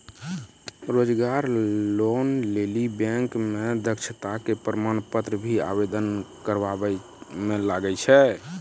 रोजगार लोन लेली बैंक मे दक्षता के प्रमाण पत्र भी आवेदन करबाबै मे लागै छै?